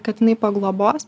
kad jinai paglobos